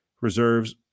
reserves